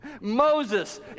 Moses